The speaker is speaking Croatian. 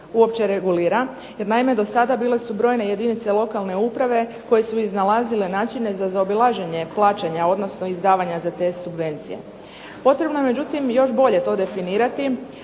uopće regulira. Jer naime dosada bile su brojne jedinice lokalne uprave koje su iznalazile načine za zaobilaženje, odnosno izdavanja za te subvencije. Potrebno je međutim još bolje to definirati.